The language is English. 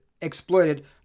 exploited